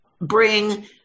bring